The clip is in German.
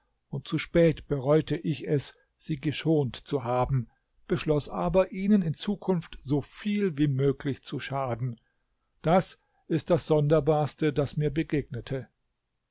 und zu spät bereute ich es sie geschont zu haben beschloß aber ihnen in zukunft so viel wie möglich zu schaden das ist das sonderbarste das mir begegnete